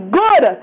good